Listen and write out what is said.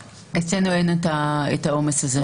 אצלנו אין את העומס הזה.